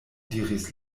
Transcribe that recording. diris